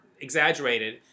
exaggerated